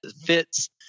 fits